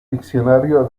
diccionario